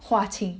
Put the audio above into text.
划清